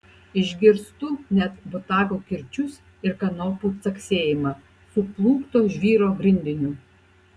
išgirstu net botago kirčius ir kanopų caksėjimą suplūkto žvyro grindiniu